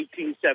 1870